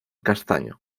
castaño